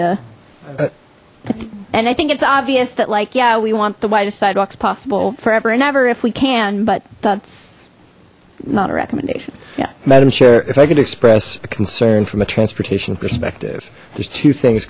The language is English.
to and i think it's obvious that like yeah we want the widest sidewalks possible forever and ever if we can but that's not a recommendation yeah madam chair if i could express a concern from a transportation perspective there's two things